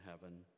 heaven